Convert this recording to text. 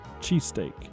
cheesesteak